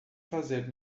fazer